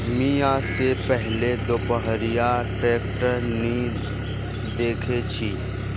मी या से पहले दोपहिया ट्रैक्टर नी देखे छी